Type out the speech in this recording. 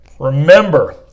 Remember